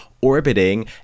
orbiting